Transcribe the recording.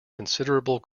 considerable